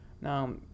Now